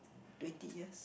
twenty years